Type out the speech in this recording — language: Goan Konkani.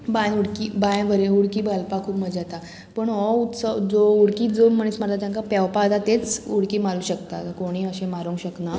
बांय उडकी बांय बरें उडकी मारपाक खूब मजा येता पूण हो उत्सव जो उडकी जो मनीस मारता तांकां पेंवपा येता तेंच उडकी मारूंक शकता कोणीय अशें मारूंक शकना